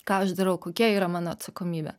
ką aš darau kokia yra mano atsakomybė